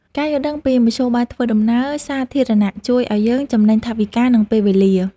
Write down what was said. ការយល់ដឹងពីមធ្យោបាយធ្វើដំណើរសាធារណៈ ជួយឱ្យយើងចំណេញថវិកា និងពេលវេលា។